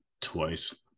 twice